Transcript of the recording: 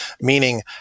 Meaning